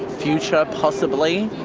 future possibly,